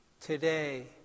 Today